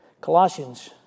Colossians